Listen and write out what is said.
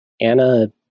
Anna